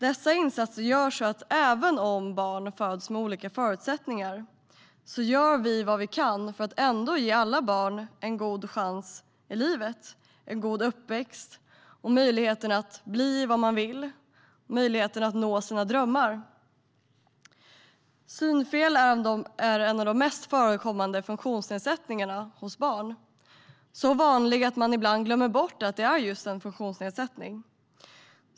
Dessa insatser gör att även om barn föds med olika förutsättningar gör vi vad vi kan för att ändå ge alla barn en god chans i livet, en god uppväxt och möjligheter att bli vad de vill och nå sina drömmar. Synfel är en av de mest förekommande funktionsnedsättningarna hos barn, så vanlig att vi ibland glömmer att det är en funktionsnedsättning.